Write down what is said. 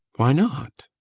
why not?